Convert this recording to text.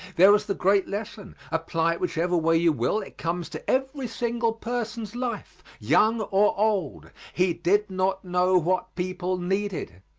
there was the great lesson. apply it whichever way you will it comes to every single person's life, young or old. he did not know what people needed,